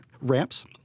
Ramps